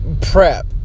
prep